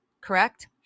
correct